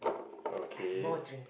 okay